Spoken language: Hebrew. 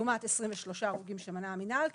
לעומת 23 הרוגים שמנה המינהל,